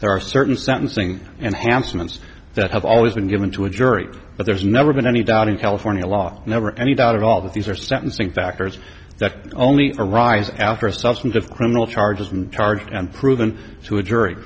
there are certain sentencing and handsomest that have always been given to a jury but there's never been any doubt in california law never any doubt at all that these are sentencing factors that only arise after substantive criminal charges and charged and proven to a jury